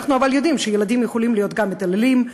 אבל אנחנו יודעים שילדים יכולים להיות גם מתעללים,